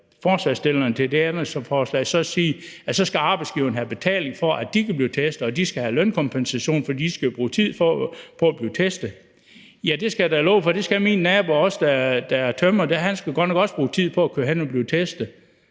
forslagstillerne til det her ændringsforslag vil have, at arbejdsgiverne skal have betaling for, at den udenlandske arbejdskraft kan blive testet, og at de skal have lønkompensation, fordi de skal bruge tid på at blive testet. Ja, det skal jeg da love for – min nabo, der er tømrer, skal godt nok også bruge tid på at køre hen og blive testet,